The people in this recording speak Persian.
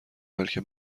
بلکه